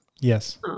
yes